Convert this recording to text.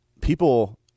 people